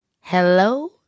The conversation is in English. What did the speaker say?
Hello